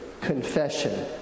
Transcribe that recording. confession